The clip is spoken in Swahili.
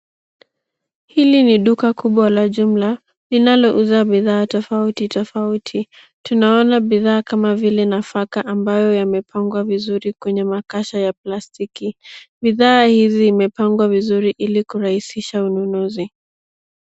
Hili ni duka kubwa la jumla, linalouza bidhaa tofauti tofauti. Tunaona bidhaa kama vile nafaka ambayo yamepangwa vizuri kwenye makasha ya plastiki. Bidhaa hizi imepengwa vizuri ili kurahisisha ununuzi.